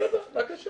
אדרבה, בבקשה.